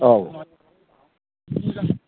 औ